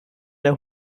der